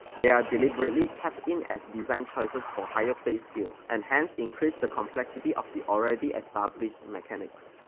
they are deliberately kept in as design choices for higher play skill and hence increase the complexity of the already established mechanics.